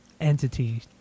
entity